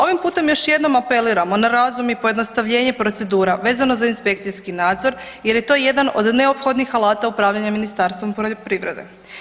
Ovim putem još jednom apeliramo na razum i pojednostavljenje procedura vezano za inspekcijski nadzor jer je to jedan od neophodnih alata upravljanjem Ministarstvom poljoprivrede.